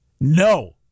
No